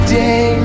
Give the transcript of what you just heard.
day